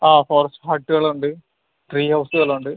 ആ ഫോറസ്റ്റ് ഹട്ടുകൾ ഉണ്ട് ട്രീ ഹൗസുകൾ ഉണ്ട്